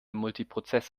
multiprozess